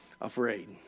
afraid